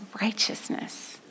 righteousness